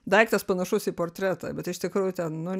daiktas panašus į portretą bet iš tikrųjų ten nu